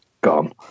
gone